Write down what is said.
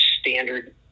standard